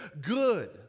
good